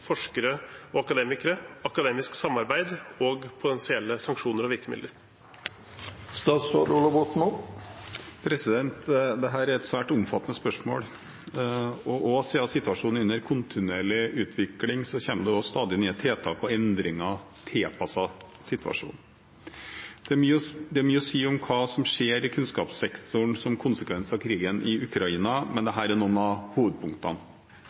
forskere og akademikere, akademisk samarbeid og potensielle sanksjoner og virkemidler?» Dette er et svært omfattende spørsmål, og siden situasjonen er under kontinuerlig utvikling, kommer det stadig nye tiltak og endringer tilpasset situasjonen. Det er mye å si om hva som skjer i kunnskapssektoren som konsekvens av krigen i Ukraina, men dette er noen av hovedpunktene.